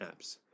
apps